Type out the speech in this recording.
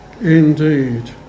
indeed